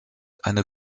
eine